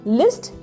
list